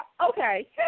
okay